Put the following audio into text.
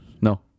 No